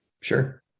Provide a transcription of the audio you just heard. Sure